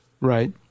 Right